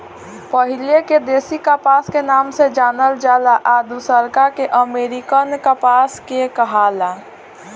पहिले के देशी कपास के नाम से जानल जाला आ दुसरका के अमेरिकन कपास के कहाला